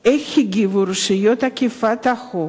איך הגיבו רשויות אכיפת החוק